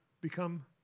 become